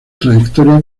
trayectoria